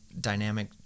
dynamic